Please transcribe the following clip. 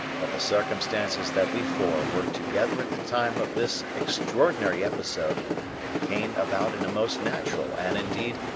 but the circumstances that we four were together at the time of this extraordinary episode came about in a most natural and, indeed,